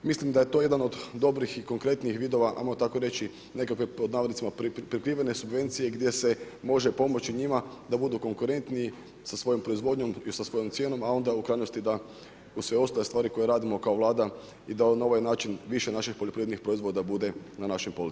Mislim da je to jedan od dobrih i konkretnijih vidova, ajmo tako reći nekakve pod navodnicima prikrivene subvencije gdje se može pomoći njima da budu konkurentniji sa svojom proizvodnjom i sa svojom cijenom a onda u krajnosti da uz sve ostale stvari koje radimo kao Vlada i da na ovaj način više naših poljoprivrednih proizvoda bude na našim policama.